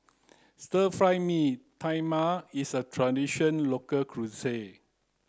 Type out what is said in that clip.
Stir Fry Mee Tai Mak is a traditional local cuisine